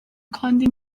kandi